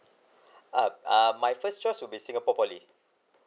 err uh my first choice will be singapore poly